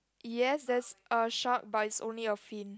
yes there's a shark but it's only a fin